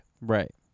Right